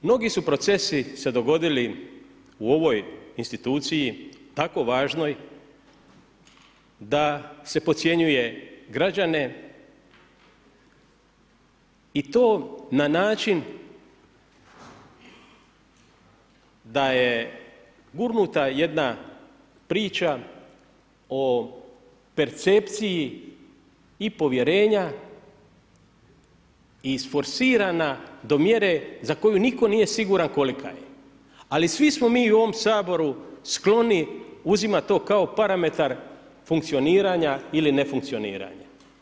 Mnogi su procesi se dogodili u ovoj instituciji tako važnoj da se podcjenjuje građane i to na način da je gurnuta jedna priča o percepciji i povjerenja isforsirana do mjere za koju nitko nije siguran kolika je, ali svi smo mi u ovom Saboru skloni uzimati to kao parametar funkcioniranja ili nefunkcioniranja.